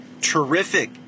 terrific